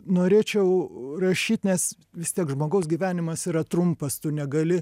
norėčiau rašyt nes vis tiek žmogaus gyvenimas yra trumpas tu negali